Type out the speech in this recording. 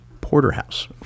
Porterhouse